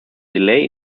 delay